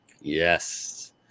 Yes